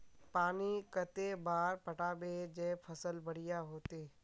पानी कते बार पटाबे जे फसल बढ़िया होते?